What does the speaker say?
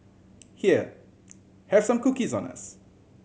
here have some cookies on us